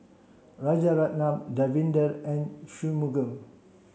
Rajaratnam Davinder and Shunmugam